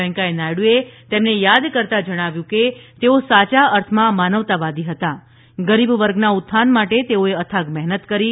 વૈકેંયા નાયડુએ તેમને યાદ કરતાં જણાવ્યું કે તેઓ સાચા અર્થમાં માનવતાવાદી હતા ગરીબ વર્ગના ઉત્થાન માટે તેઓએ અથાગ મહેનત કરી હતી